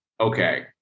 okay